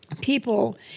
people